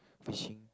fishing